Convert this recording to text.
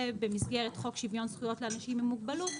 במסגרת חוק שוויון זכויות לאנשים עם מוגבלות,